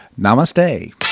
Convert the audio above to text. Namaste